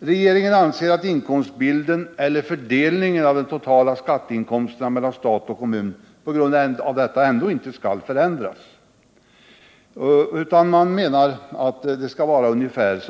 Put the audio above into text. Regeringen anser att inkomstbilden eller fördelningen av de totala skatteinkomsterna mellan stat och kommun ändå inte skall förändras på grund av detta.